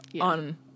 on